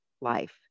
life